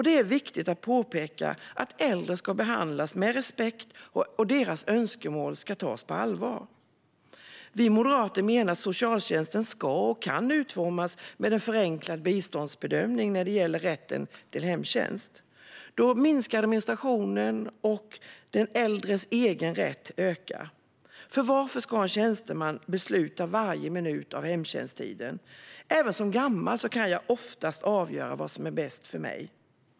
Det är viktigt att påpeka att äldre ska behandlas med respekt, och deras önskemål ska tas på allvar. Vi moderater menar att socialtjänsten ska och kan utformas med en förenklad biståndsbedömning när det gäller rätten till hemtjänst. Då minskar administrationen, och den äldres egna rättigheter ökar. Varför ska en tjänsteman besluta om varje minut av hemtjänsttiden? Även som gammal kan jag oftast avgöra vad som är bäst för mig.